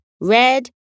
red